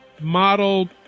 model